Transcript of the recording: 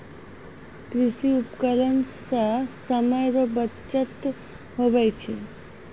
कृषि उपकरण से समय रो बचत हुवै छै